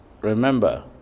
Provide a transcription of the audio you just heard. remember